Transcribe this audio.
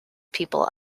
people